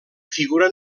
figuren